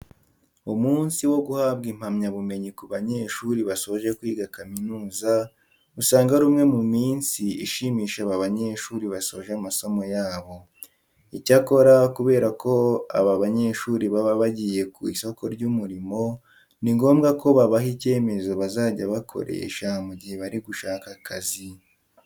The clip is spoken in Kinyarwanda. Umunsi wo guhabwa impamyabumenyi ku banyeshuri basoje kwiga kaminuza, usanga ari umwe mu minsi ishimisha aba banyeshuri basoje amasomo yabo. Icyakora kubera ko aba banyeshuri baba bagiye ku isoko ry'umurimo ni ngombwa ko babaha icyemezo bazajya bakoresha mu gihe bari gushaka akazi.